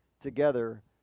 together